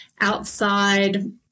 outside